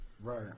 Right